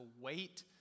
wait